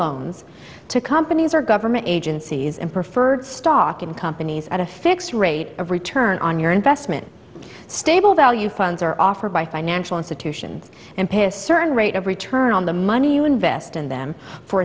loans to companies or government agencies and preferred stock in companies at a fixed rate of return on your investment stable value funds are offered by financial institutions and pay a certain rate of return on the money you invest in them for